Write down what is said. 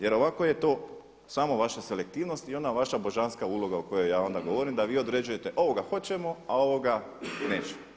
Jer ovako je to samo vaša selektivnost i ona vaša božanska uloga o kojoj ja onda govorim da vi određujete ovoga hoćemo, a ovoga nećemo.